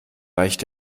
weicht